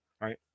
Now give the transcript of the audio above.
right